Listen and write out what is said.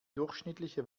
durchschnittliche